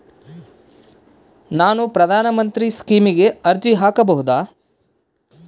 ನಾನು ಪ್ರಧಾನ ಮಂತ್ರಿ ಸ್ಕೇಮಿಗೆ ಅರ್ಜಿ ಹಾಕಬಹುದಾ?